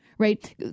right